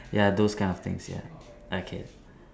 ya those kind of things ya okay